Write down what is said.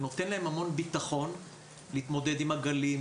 זה נותן להם הרבה ביטחון להתמודד עם הגלים,